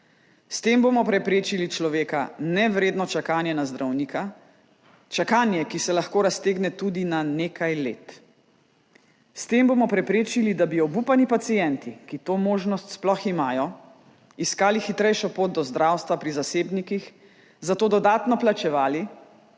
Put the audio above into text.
S tem bomo preprečili človeka nevredno čakanje na zdravnika, čakanje, ki se lahko raztegne tudi na nekaj let. S tem bomo preprečili, da bi obupani pacienti, ki to možnost sploh imajo, iskali hitrejšo pot do zdravstva pri zasebnikih, za to dodatno plačevali